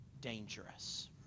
dangerous